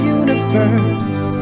universe